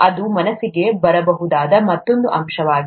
ಅದು ಮನಸ್ಸಿಗೆ ಬರಬಹುದಾದ ಮತ್ತೊಂದು ಅಂಶವಾಗಿದೆ